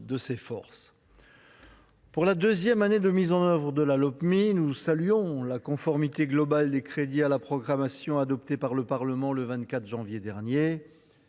des forces. Pour la deuxième année de mise en œuvre de la Lopmi, nous saluons la conformité globale des crédits à la programmation adoptés par le Parlement le 24 janvier dernier.